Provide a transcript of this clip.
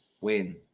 Win